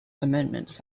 amendments